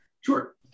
Sure